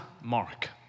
Mark